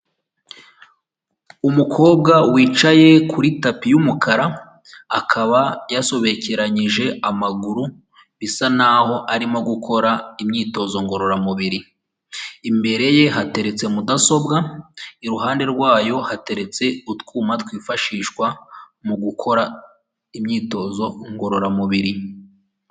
Umukobwa wicaye kuri tapi y'umukara, akaba yasobekeranyije amaguru, bisa naho arimo gukora imyitozo ngororamubiri, imbere ye hateretse mudasobwa, iruhande rwayo hateretse utwuma twifashishwa mu gukora imyitozo ngororamubiri.